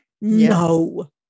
no